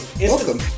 welcome